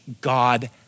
God